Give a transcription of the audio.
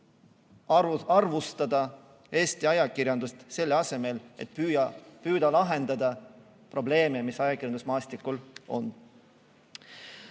arvustada Eesti ajakirjandust, selle asemel et püüda lahendada probleeme, mis ajakirjandusmaastikul